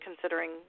considering